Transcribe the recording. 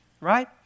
Right